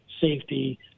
safety